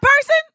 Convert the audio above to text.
person